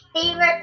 favorite